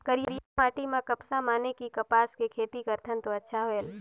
करिया माटी म कपसा माने कि कपास के खेती करथन तो अच्छा होयल?